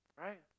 Right